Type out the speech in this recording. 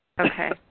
Okay